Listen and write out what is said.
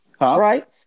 Right